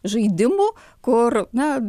žaidimu kur na